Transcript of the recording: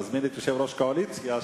מזמין את יושב-ראש הקואליציה,